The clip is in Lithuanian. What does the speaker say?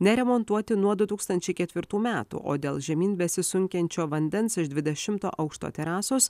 neremontuoti nuo du tūkstančiai ketvirtų metų o dėl žemyn besisunkiančio vandens iš dvidešimto aukšto terasos